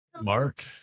Mark